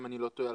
אם אני לא טועה,